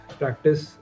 practice